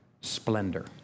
splendor